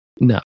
No